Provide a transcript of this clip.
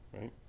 right